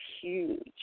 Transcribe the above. huge